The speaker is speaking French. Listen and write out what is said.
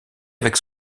avec